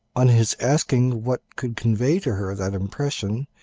on his asking what could convey to her that impression,